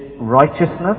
righteousness